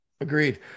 Agreed